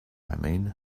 mean